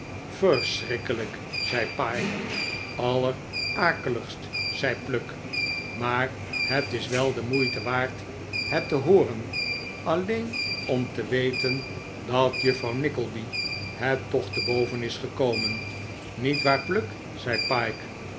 verschrikkelijk zei pyke allerakeligst zei pluck maar het is wel de moeite waard het te hooren alleen om te weten dat juffrouw nickleby het toch te boven is gekomen niet waar pluck zei pyke